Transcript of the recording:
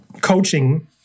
coaching